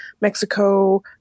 Mexico